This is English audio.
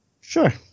sure